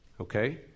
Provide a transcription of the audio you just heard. Okay